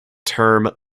term